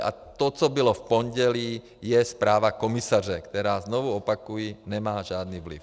A to, co bylo v pondělí, je zpráva komisaře, která, znovu opakuji, nemá žádný vliv.